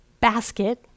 basket